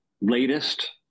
latest